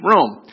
Rome